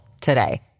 today